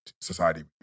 Society